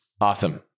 Awesome